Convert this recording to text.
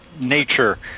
nature